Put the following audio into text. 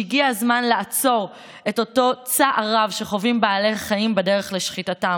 שהגיע הזמן לעצור את אותו צער רב שחווים בעלי החיים בדרך לשחיטתם.